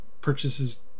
purchases